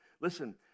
listen